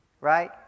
right